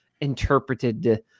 interpreted